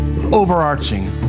overarching